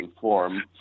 form